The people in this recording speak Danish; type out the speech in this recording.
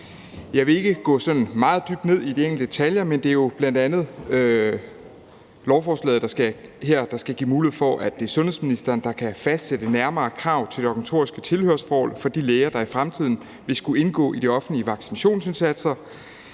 Jeg vil ikke gå sådan meget dybt ned i de enkelte detaljer, men det er jo bl.a. lovforslaget her, der skal give mulighed for, at det er sundhedsministeren, der kan fastsætte de nærmere krav til det organisatoriske tilhørsforhold for de læger, der i fremtiden vil skulle indgå i de offentlige vaccinationsindsatser.